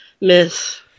miss